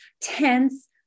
tense